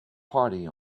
party